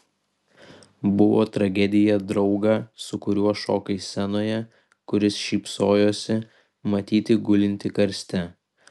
buvo tragedija draugą su kuriuo šokai scenoje kuris šypsojosi matyti gulintį karste